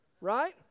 right